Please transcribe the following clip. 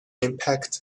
impact